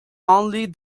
only